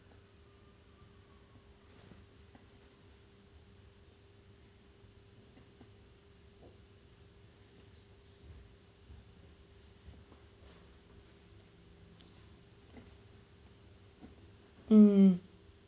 mm